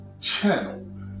channel